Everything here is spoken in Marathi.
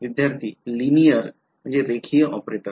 विद्यार्थीः रेखीय ऑपरेटर